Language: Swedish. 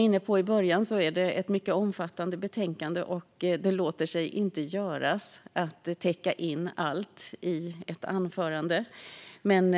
Detta är som sagt ett mycket omfattande betänkande, och det går inte att täcka in allt i ett anförande som detta.